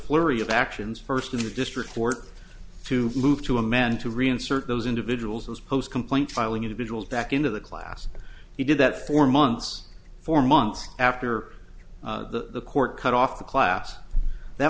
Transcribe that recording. flurry of actions first in the district court to move to a man to re insert those individuals whose post complaint filing individuals back into the class he did that four months four months after the court cut off the class that